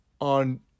On